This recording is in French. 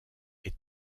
est